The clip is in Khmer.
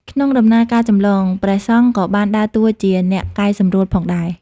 ក្នុងដំណើរការចម្លង ព្រះសង្ឃក៏បានដើរតួជាអ្នកកែសម្រួលផងដែរ។